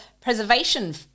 preservation